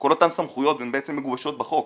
כל אותן סמכויות הן בעצם מגובשות בחוק.